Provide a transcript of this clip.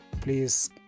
please